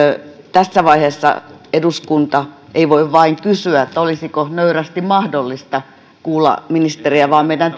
tässä vaiheessa eduskunta ei voi vain kysyä olisiko nöyrästi mahdollista kuulla ministeriä vaan meidän